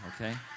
okay